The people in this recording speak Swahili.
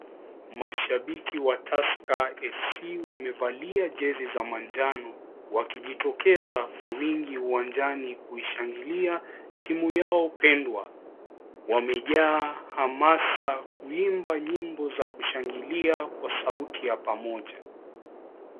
Mashabiki wa tusker FC wamevalia jezi ya manjano wakaijitokeza kwa Wingi uwanjani kushangilia timu yao pendwa. Wamejaa hamasa kuimba nyimbo za kushangilia kwa sauti ya pamoja.